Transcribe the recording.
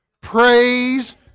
Praise